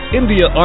India